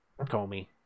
Comey